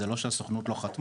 זה לא שהסוכנות לא חתמה,